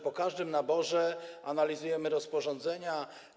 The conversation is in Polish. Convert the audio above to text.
Po każdym naborze analizujemy rozporządzenia.